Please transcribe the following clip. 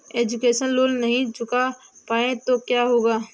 Education loan नहीं चुका पाए तो क्या होगा?